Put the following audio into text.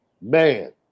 Man